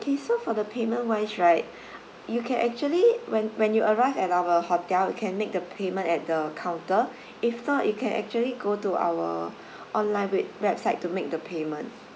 okay so for the payment wise right you can actually when when you arrive at our hotel you can make the payment at the counter if not you can actually go to our online website to make the payment